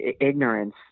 Ignorance